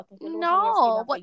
No